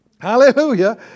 hallelujah